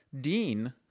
Dean